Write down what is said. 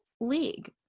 league